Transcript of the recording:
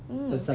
mm